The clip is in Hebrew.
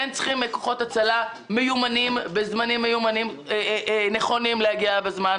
לדאוג לכוחות הצלה מיומנים שמגיעים בזמן.